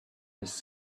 its